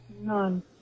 None